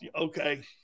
Okay